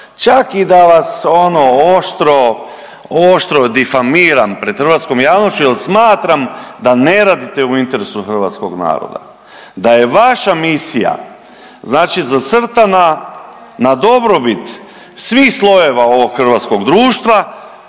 vas ono oštro, oštro difamiram pred hrvatskom javnošću jel smatram da ne radite u interesu hrvatskog naroda. Da je vaša misija znači zacrtana na dobrobit svih slojeva ovog hrvatskog društva